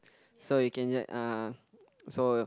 so it can just uh so